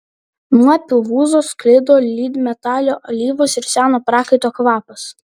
nuo pilvūzo sklido lydmetalio alyvos ir seno prakaito kvapas